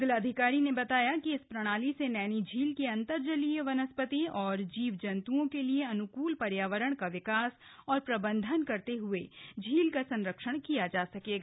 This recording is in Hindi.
जिलाधिकारी ने बताया कि इस प्रणाली से नैनीझील के अंतरजलीय वनस्पति और जीव जन्त्ओं के लिए अन्कुल पर्यावरण विकास और प्रबन्धन करते हुए झील का संरक्षण किया जा सकेगा